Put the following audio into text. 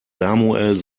samuel